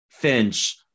Finch